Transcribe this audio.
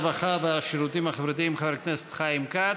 הרווחה והשירותים החברתיים חבר הכנסת חיים כץ.